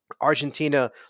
Argentina